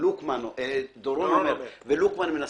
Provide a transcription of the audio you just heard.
דורון ולוקמן אומרים,